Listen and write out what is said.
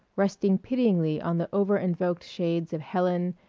resting pityingly on the over-invoked shades of helen,